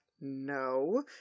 no